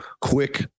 quick